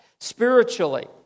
spiritually